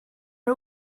are